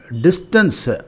Distance